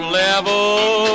level